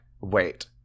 wait